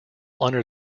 under